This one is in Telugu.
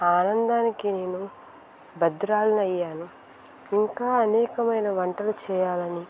ఆనందానికి నేను బద్ధురాలిని అయ్యాను ఇంకా అనేకమైన వంటలు చేయాలని